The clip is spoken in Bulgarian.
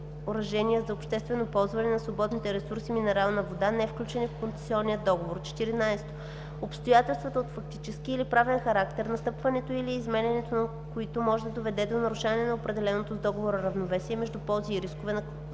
съоръжения за обществено ползване на свободните ресурси минерална вода, невключени в концесионния договор; 14. обстоятелствата от фактически или правен характер, настъпването или изменението на които може да доведе до нарушаване на определеното с договора равновесие между ползи и рискове за концесионера